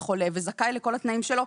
הוא חולה והוא זכאי לכל התנאים שלו,